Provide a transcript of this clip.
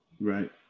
Right